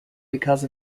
because